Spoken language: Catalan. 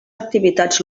activitats